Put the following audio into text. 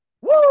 Woo